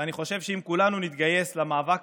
ואני חושב שאם כולנו להתגייס למאבק